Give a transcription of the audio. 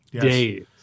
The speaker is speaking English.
Days